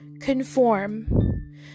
conform